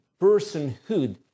personhood